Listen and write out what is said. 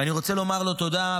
ואני רוצה לומר לו תודה.